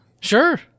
Sure